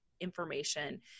information